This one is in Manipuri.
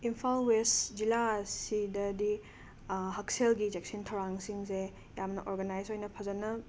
ꯏꯞꯐꯥꯜ ꯋꯦꯁ ꯖꯤꯂꯥ ꯑꯁꯤꯗꯗꯤ ꯍꯛꯁꯦꯜꯒꯤ ꯆꯦꯛꯁꯤꯟ ꯊꯧꯔꯥꯡꯁꯤꯡꯁꯦ ꯌꯥꯝꯅ ꯑꯣꯔꯒꯅꯥꯏꯖ ꯑꯣꯏꯅ ꯐꯖꯅ